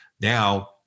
Now